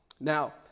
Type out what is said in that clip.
Now